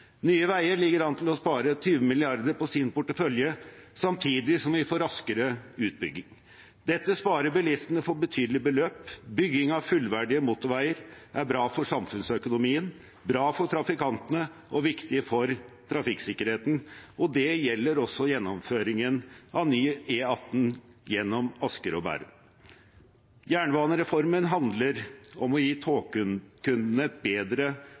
Nye Veier ligger an til å spare 20 mrd. kr på sin portefølje, samtidig som vi får raskere utbygging. Dette sparer bilistene for betydelige beløp. Bygging av fullverdige motorveier er bra for samfunnsøkonomien, bra for trafikantene og viktig for trafikksikkerheten. Det gjelder også gjennomføringen av ny E18 gjennom Asker og Bærum. Jernbanereformen handler om å gi togkundene et bedre